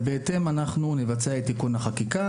ובהתאם אנחנו נבצע את תיקון החקיקה,